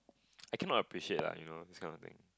I cannot appreciate lah you know this kind of thing